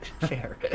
Fair